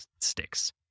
sticks